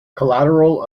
collateral